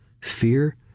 fear